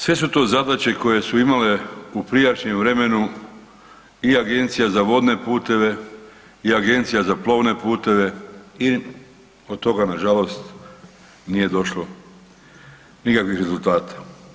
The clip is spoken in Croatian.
Sve su to zadaće koje su imale u prijašnjem vremenu i Agencija za vodne puteve i Agencija za plovne puteve i od toga nažalost nije došlo nikakvih rezultata.